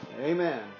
Amen